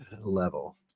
level